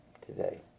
today